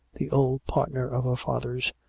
the old partner of her father's,